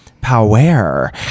power